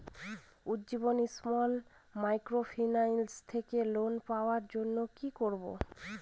Ujjivan small microfinance থেকে loan পাওয়ার জন্য কি করব?